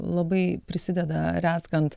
labai prisideda rezgant